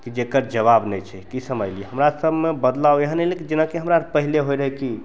कि जकर जवाब नै छै कि समझलिए हमरासभमे बदलाव एहन अएलै कि जेनाकि हमरा आओर पहिले होइ रहै कि